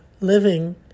living